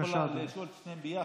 אולי הוא יכול לשאול את שתיהן ביחד,